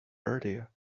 earlier